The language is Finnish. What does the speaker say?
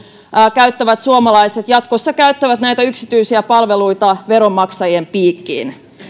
käyttävät suomalaiset jatkossa käyttävät näitä yksityisiä palveluita veronmaksajien piikkiin